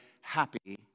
happy